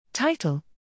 Title